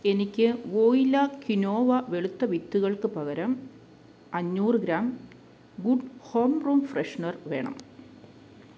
എനിക്ക് വോയില ക്വിനോവ വെളുത്ത വിത്തുകൾക്ക് പകരം അഞ്ഞൂറ് gram good home room freshener വേണം